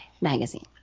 Magazine